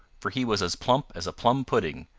for he was as plump as a plum-pudding,